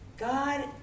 God